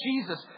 Jesus